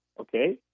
okay